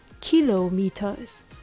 kilometers